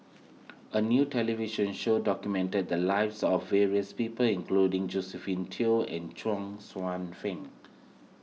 a new television show documented the lives of various people including Josephine Teo and Chuang Hsueh Fang